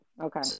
Okay